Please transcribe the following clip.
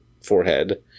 forehead